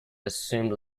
assumed